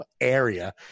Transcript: area